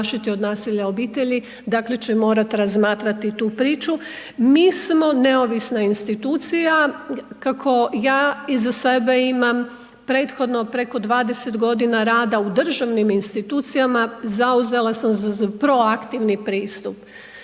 od nasilja u obitelji dakle će morat razmatrati tu priču, mi smo neovisna institucija, kako ja iza sebe imam prethodno preko 20 g. rada u državnim institucijama, zauzela sam se za proaktivni pristup.